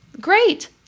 Great